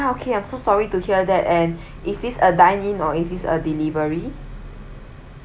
okay I'm so sorry to hear that and is this a dining or is is a delivery